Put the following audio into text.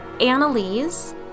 Annalise